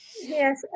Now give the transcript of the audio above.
Yes